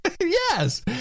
Yes